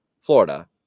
Florida